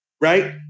Right